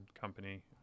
company